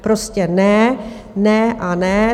Vy prostě ne, ne a ne.